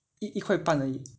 一块半而已